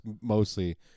mostly